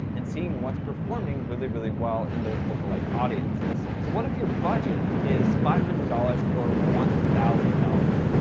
and seeing what's performing really, really well and those look alike audiences. so what if your budget is five hundred dollars or one thousand dollars?